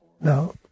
Now